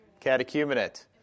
catechumenate